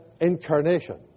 incarnation